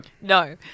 No